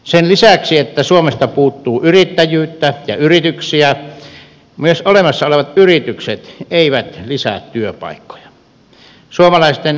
sen lisäksi että suomesta puuttuu yrittäjyyttä ja yrityksiä myöskään olemassa olevat yritykset eivät lisää työpaikkoja